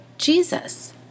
Jesus